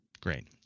Great